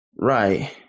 Right